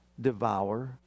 devour